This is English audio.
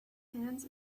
hands